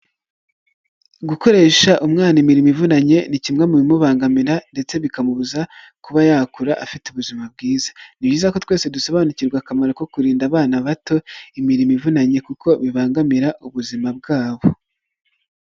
Gukoresha umwana imirimo ivunanye ni kimwe mu bimubangamira ndetse bikamubuza kuba yakura afite ubuzima bwiza, ni byiza ko twese dusobanukirwa akamaro ko kurinda abana bato imirimo ivunanye kuko bibangamira ubuzima bwabo.